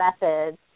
methods